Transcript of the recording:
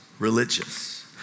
Religious